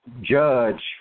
judge